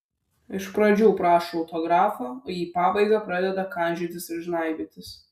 iš pradžių prašo autografo o į pabaigą pradeda kandžiotis ir žnaibytis